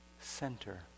Center